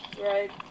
right